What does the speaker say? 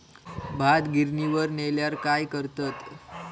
भात गिर्निवर नेल्यार काय करतत?